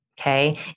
Okay